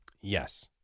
Yes